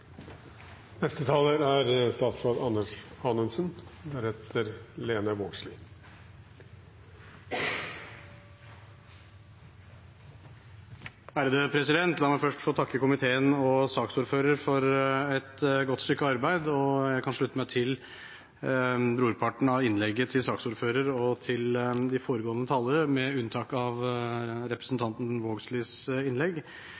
La meg først få takke komiteen og saksordføreren for et godt stykke arbeid. Jeg kan slutte meg til brorparten av innlegget til saksordføreren og til de foregående talerne, med unntak av representanten Vågslids innlegg.